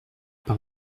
par